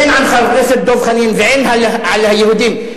הן על חבר הכנסת דב חנין והן על היהודים,